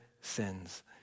sins